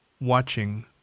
watching